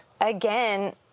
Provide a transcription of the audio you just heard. again